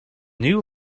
new